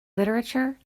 literature